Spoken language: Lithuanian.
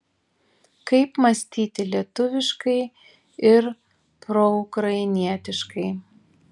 kaip mąstyti lietuviškai ir proukrainietiškai